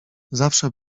zawsze